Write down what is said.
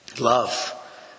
Love